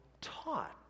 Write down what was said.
taught